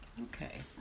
Okay